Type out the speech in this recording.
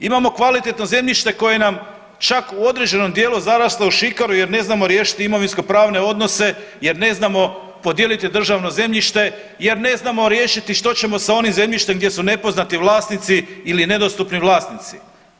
Imamo kvalitetno zemljište koje nam čak u određenom dijelu zaraslo u šikaru jer ne znamo riješiti imovinsko-pravne odnose, jer ne znamo podijeliti državno zemljište, jer ne znamo riješiti što ćemo sa onim zemljištem gdje su nepoznati vlasnici ili nedostupni vlasnici.